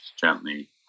gently